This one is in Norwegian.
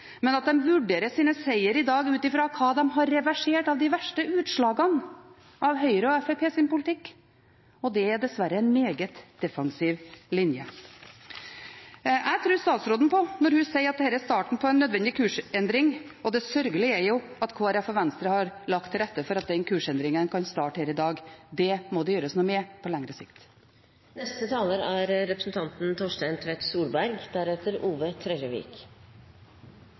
men at de vurderer sine seire i dag ut fra hva de har reversert av de verste utslagene av Høyres og Fremskrittspartiets politikk. Det er dessverre en meget defensiv linje. Jeg tror på statsråden når hun sier at dette er starten på en nødvendig kursendring, og det sørgelige er at Kristelig Folkeparti og Venstre har lagt til rette for at den kursendringen kan starte her i dag. Det må det gjøres noe med på lengre sikt.